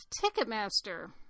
Ticketmaster